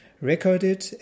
recorded